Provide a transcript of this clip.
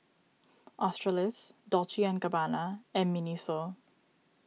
Australis Dolce and Gabbana and Miniso